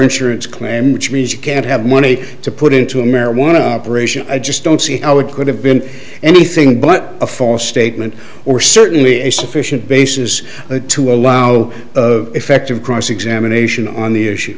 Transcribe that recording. insurance claim which means you can't have money to put into a marijuana operation i just don't see how it could have been anything but a false statement or certainly a sufficient basis to allow the effective cross examination on the issue